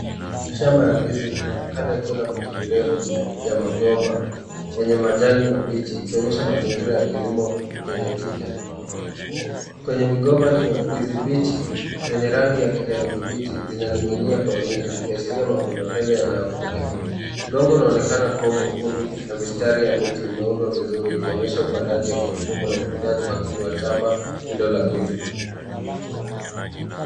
Shamba ya ndizi inaonekana ikiwa na miti mirefu ya migomba yenye majani mabichi ikionyesha mazingira ya kilimo yenye tija. Kwenye migomba hiyo ndizi bichi, zenye rangi ya kijani kibichi zinaning'inia kwa wingi zikiashiri ya mavuno tele yanayokuja. Udongo unaoanekana kuwa mwekundu na mistari ya miti imeudwa vizuri ikionyesha upandaji wa kihukumu na utuzaji makini wa shamba hilo la ndizi.